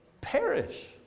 perish